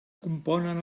componen